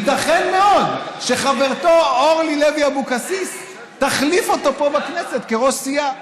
ייתכן מאוד שחברתו אורלי לוי אבקסיס תחליף אותו פה בכנסת כראש סיעה.